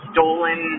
Stolen